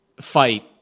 fight